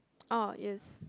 oh yes